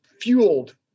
fueled